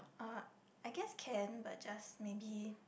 uh I guess can but just maybe